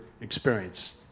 experience